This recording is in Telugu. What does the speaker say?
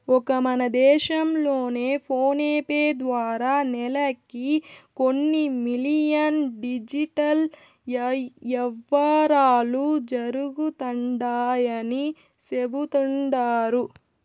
ఒక్క మన దేశం లోనే ఫోనేపే ద్వారా నెలకి కొన్ని మిలియన్ డిజిటల్ యవ్వారాలు జరుగుతండాయని సెబుతండారు